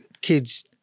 kids-